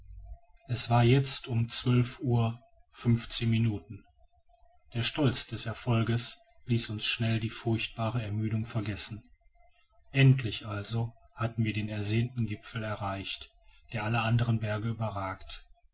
es war jetzt um zwölf uhr fünfzehn minuten der stolz des erfolges ließ uns schnell die furchtbare ermüdung vergessen endlich also hatten wir den ersehnten gipfel erreicht der alle anderen berge überragt